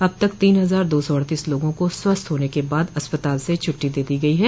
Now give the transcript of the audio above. अब तक तीन हजार दो सौ अड़तीस लोगों को स्वस्थ होने के बाद अस्पताल से छुट्टी दे दी गई है